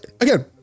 again